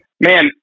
Man